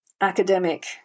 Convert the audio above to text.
academic